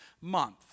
month